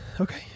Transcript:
Okay